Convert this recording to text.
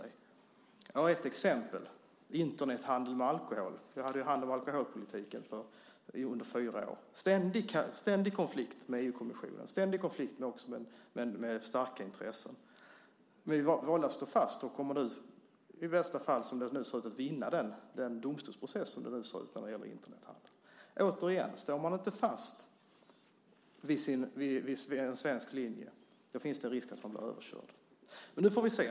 Jag har ett exempel: Internethandeln med alkohol. Jag hade ju hand om alkoholpolitiken under fyra år. Det var en ständig konflikt med EU-kommissionen och också en ständig konflikt med starka intressen. Vi valde att stå fast och kommer nu, som det ser ut, i bästa fall att vinna domstolsprocessen om Internethandeln. Återigen: Står man inte fast vid en svensk linje finns det en risk att man blir överkörd. Nu får vi se.